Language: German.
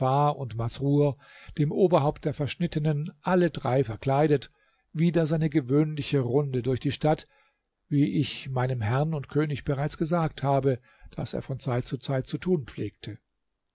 und masrur dem oberhaupt der verschnittenen alle drei verkleidet wieder seine gewöhnliche runde durch die stadt wie ich meinem herrn und könig bereits gesagt habe daß er von zeit zu zeit zu tun pflegte